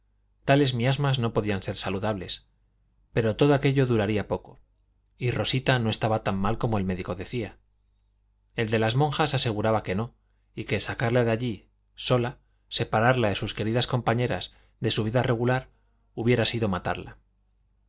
tales miasmas no podían ser saludables pero todo aquello duraría poco y rosita no estaba tan mal como el médico decía el de las monjas aseguraba que no y que sacarla de allí sola separarla de sus queridas compañeras de su vida regular hubiera sido matarla